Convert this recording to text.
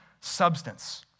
substance